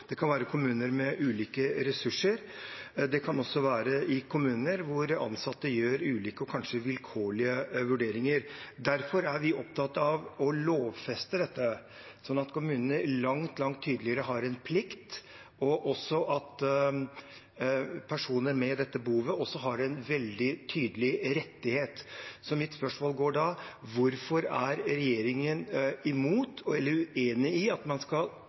Det kan være kommuner med ulike ressurser, og det kan også være kommuner der ansatte gjør ulike og kanskje vilkårlige vurderinger. Derfor er vi opptatt av å lovfeste dette, slik at kommunene langt, langt tydeligere har en plikt, og også at personer med dette behovet har en veldig tydelig rettighet. Mitt spørsmål blir da: Hvorfor er regjeringen imot, eller uenig i, at man skal